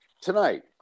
tonight